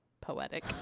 Poetic